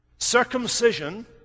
Circumcision